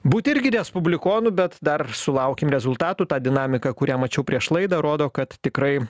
būt irgi respublikonų bet dar sulaukim rezultatų tą dinamiką kurią mačiau prieš laidą rodo kad tikrai